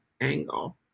angle